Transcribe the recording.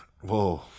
Whoa